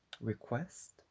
request